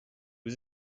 was